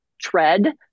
tread